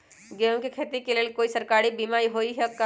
गेंहू के खेती के लेल कोइ सरकारी बीमा होईअ का?